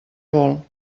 vol